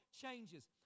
changes